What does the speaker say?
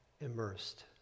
immersed